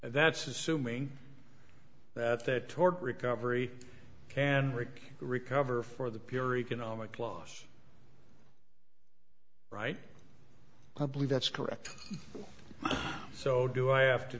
that's assuming that that toward recovery and rick recover for the pure economic loss right i believe that's correct so do i have to